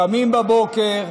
קמים בבוקר,